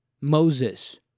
Moses